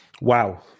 Wow